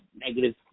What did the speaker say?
negative